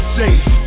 safe